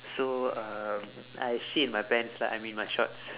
so um I shit in my pants lah I mean my shorts